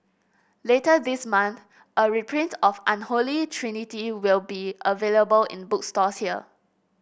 later this month a reprint of Unholy Trinity will be available in bookstores here